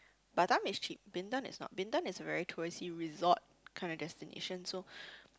Batam is cheap Bintan is not Bintan is a very touristy resort kind of destination so